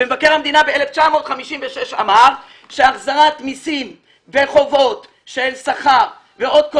ומבקר המדינה אמר ב-1956 שהחזרת מיסים וחובות של שכר ועוד כל